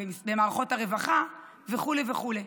במערכות הרווחה וכו' וכו'.